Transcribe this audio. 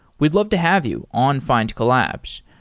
we'd love to have you on findcollabs.